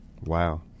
Wow